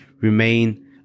remain